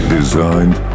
Designed